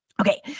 Okay